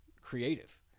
creative